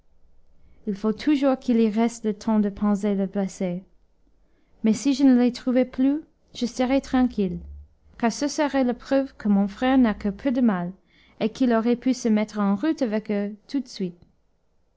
il faut toujours qu'ils y restent le temps de panser les blessés mais si je ne les trouvais plus je serais tranquille car ce serait la preuve que mon frère n'a que peu de mal et qu'il aurait pu se mettre en route avec eux tout de suite